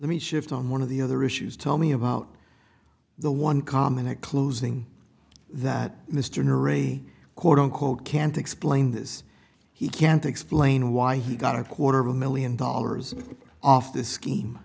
let me shift on one of the other issues tell me about the one common a closing that mystery court unquote can't explain this he can't explain why he got a quarter of a million dollars off this scheme